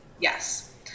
Yes